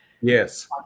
Yes